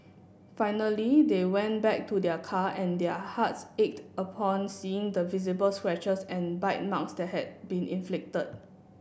finally they went back to their car and their hearts ached upon seeing the visible scratches and bite marks that had been inflicted